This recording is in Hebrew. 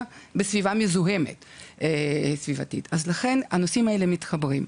בסביבה מזוהמת ולכן הנושאים האלה מתחברים.